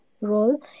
role